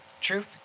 True